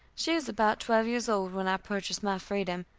she was about twelve years old when i purchased my freedom,